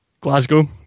Glasgow